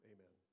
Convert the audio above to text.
Amen